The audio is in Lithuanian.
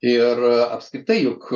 ir apskritai juk